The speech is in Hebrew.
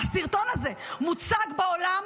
הסרטון הזה מוצג בעולם,